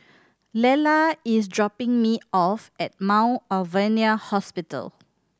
Lella is dropping me off at Mount Alvernia Hospital